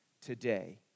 today